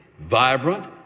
vibrant